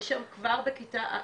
יש שם כבר בכיתה,